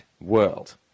world